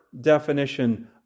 definition